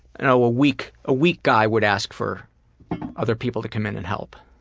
you know ah weak ah weak guy would ask for other people to come in and help.